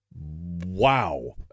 wow